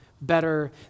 better